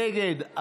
נגד,